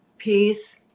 Peace